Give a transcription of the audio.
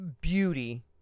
beauty